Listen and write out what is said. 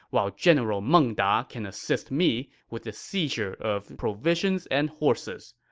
while general meng da can assist me with the seizure of provisions and horses.